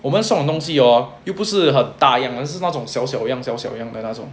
我们送东西 oh 又不是很大样是那种小小样小小样的那种